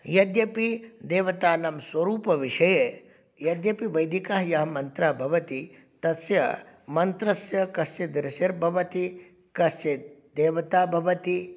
यद्यपि देवतानां स्वरूपविषये यद्यपि वैदिकः यः मन्त्रः भवति तस्य मन्त्रस्य कस्य ऋषिर्भवति कस्य देवता भवति